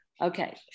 Okay